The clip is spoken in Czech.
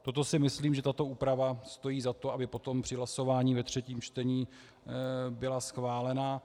Proto si myslím, že tato úprava stojí za to, aby potom při hlasování ve třetím čtení byla schválena.